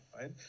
right